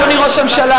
אדוני ראש הממשלה,